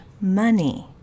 money